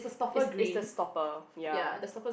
is is the stopper ya